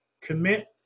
commit